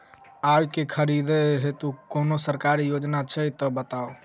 आइ केँ खरीदै हेतु कोनो सरकारी योजना छै तऽ बताउ?